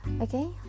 okay